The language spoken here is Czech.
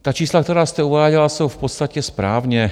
Ta čísla, která jste uváděla, jsou v podstatě správně.